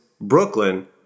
Brooklyn